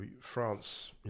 France